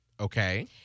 Okay